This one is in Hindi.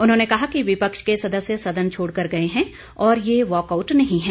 उन्होंने कहा कि विपक्ष के सदस्य सदन छोड़कर गए हैं और यह वाकआउट नहीं है